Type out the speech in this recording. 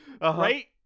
Right